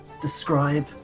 describe